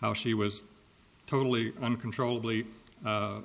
how she was totally uncontrollably